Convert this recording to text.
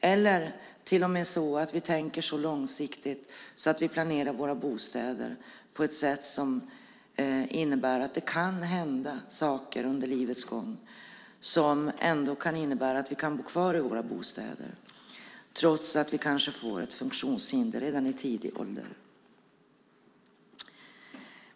Vi tänker till och med så långsiktigt att vi planerar våra bostäder med tanke på att det kan hända saker under livets gång men att vi ändå ska kunna kan bo kvar i våra bostäder trots att vi kanske får ett funktionshinder redan i låg ålder.